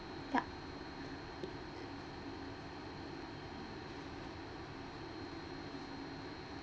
yup